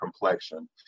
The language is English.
complexion